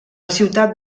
ciutat